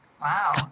wow